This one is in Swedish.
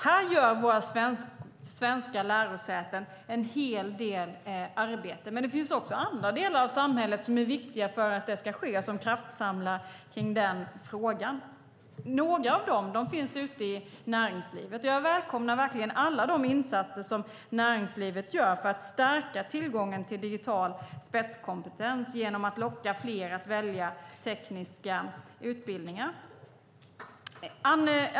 Här gör våra svenska lärosäten en hel del arbete. Men det finns också andra delar av samhället som är viktiga för att det ska ske och som kraftsamlar kring den frågan. Några av dem finns ute i näringslivet. Jag välkomnar verkligen alla de insatser som näringslivet gör för att stärka tillgången till digital spetskompetens genom att locka fler att välja tekniska utbildningar.